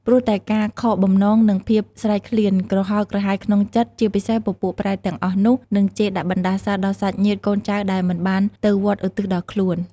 ព្រោះតែការខកបំណង និងភាពស្រែកឃ្លាន ក្រហល់ក្រហាយក្នុងចិត្ត។ ជាពិសេសពពួកប្រេតទាំងអស់នោះ នឹងជេរដាក់បណ្ដាសាដល់សាច់ញាតិ កូនចៅដែលមិនបានទៅវត្តឧទ្ទិសដល់ខ្លួន។